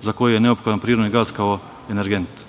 za koje je neophodan prirodni gas kao energent.